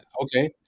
Okay